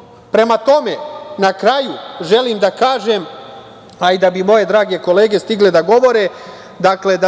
osudu. Prema tome, na kraju, želim da kažem, a i da bi moje drage kolege stigle da govore,